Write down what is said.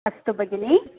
अस्तु भगिनि